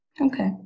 Okay